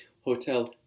Hotel